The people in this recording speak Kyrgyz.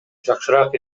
жакшыраак